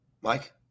Mike